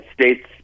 States